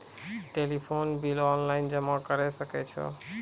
Telephone bill online जमा करै सकै छौ?